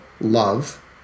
Love